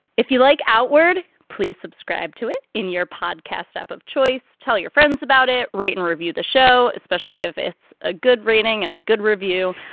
if you like outward, please subscribe to it in your podcast app of choice. tell your friends about it. write and review the show, especially if it's a good rating and a good review.